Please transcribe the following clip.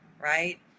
right